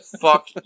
Fuck